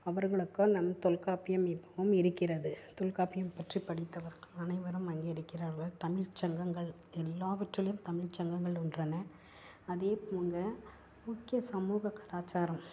அவர்களுக்கு நம் தொல்காப்பியம் இப்பயும் இருக்கிறது தொல்காப்பியம் பற்றி படித்தவர்கள் அனைவரும் அங்கே இருக்கிறார்கள் தமிழ் சங்கங்கள் எல்லாவற்றிலும் தமிழ் சங்கங்கள் உள்ளன அதே போலங்க முக்கிய சமூக கலாச்சாரம்